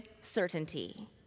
certainty